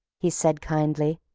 he said kindly,